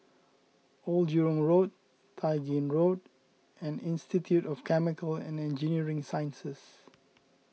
Old Jurong Road Tai Gin Road and Institute of Chemical and Engineering Sciences